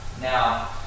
Now